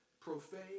profane